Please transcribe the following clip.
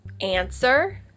Answer